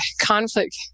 conflict